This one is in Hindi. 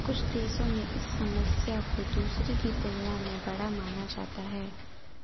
कुछ देशों में इस समस्या को दूसरी की तुलना में बड़ा माना जाता है